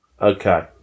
Okay